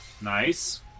Nice